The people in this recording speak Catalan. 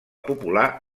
popular